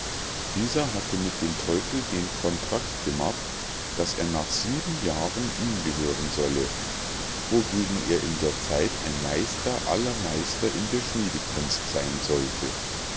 dieser hatte mit dem teufel den contract gemacht daß er nach sieben jahren ihm gehören solle wogegen er in der zeit ein meister aller meister in der schmiedekunst sein sollte